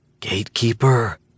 Gatekeeper